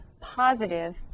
positive